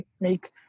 make